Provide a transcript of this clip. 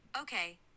Okay